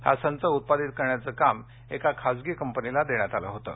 हा संच उत्पादित करण्याचं काम एका खासगी कंपनीला देण्यात आलं होतं